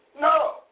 No